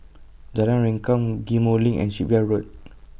Jalan Rengkam Ghim Moh LINK and Shipyard Road